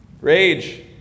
Rage